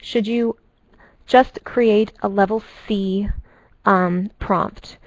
should you just create a level c um prompt